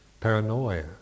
paranoia